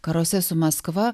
karuose su maskva